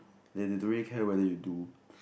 then they don't really care whether you do